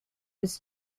was